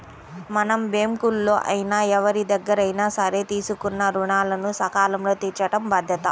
మనం బ్యేంకుల్లో అయినా ఎవరిదగ్గరైనా సరే తీసుకున్న రుణాలను సకాలంలో తీర్చటం బాధ్యత